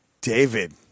David